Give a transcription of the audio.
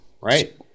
Right